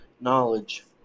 knowledge